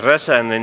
myös ennen